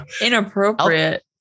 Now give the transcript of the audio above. inappropriate